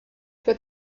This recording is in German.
wird